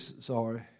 sorry